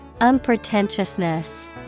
Unpretentiousness